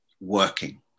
working